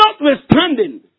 Notwithstanding